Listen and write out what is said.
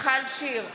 מיכל שיר סגמן,